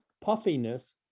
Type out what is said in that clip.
puffiness